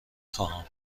خواهم